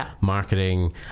marketing